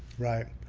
right,